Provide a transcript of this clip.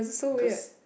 cause